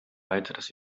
weiteres